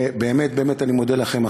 ובאמת באמת אני מודה לכם,